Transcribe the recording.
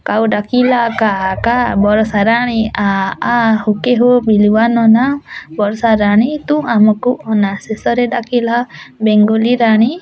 କାଉ ଡାକିଲା କା କା ବରଷା ରାଣୀ ଆ ଆ ହୁକେ ହୁ ବିଲୁଆ ନନା ବରଷା ରାଣୀ ତୁ ଆମକୁ ଅନା ଶେଷରେ ଡାକିଲା ବେଙ୍ଗୁଲି ରାଣୀ